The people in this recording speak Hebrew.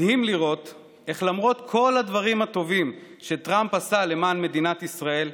מדהים לראות איך למרות כל הדברים הטובים שטראמפ עשה למען מדינת ישראל,